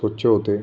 स्वच्छ होते